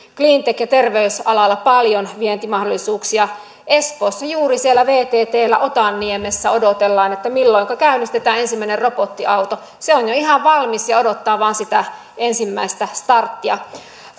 cleantech ja terveysalalla paljon vientimahdollisuuksia espoossa juuri siellä vttllä otaniemessä odotellaan milloinka käynnistetään ensimmäinen robottiauto se on jo ihan valmis ja odottaa vain sitä ensimmäistä starttia